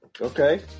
Okay